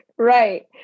Right